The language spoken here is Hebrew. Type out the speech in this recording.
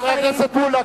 חבר הכנסת מולה,